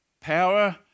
power